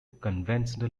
conventional